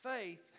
Faith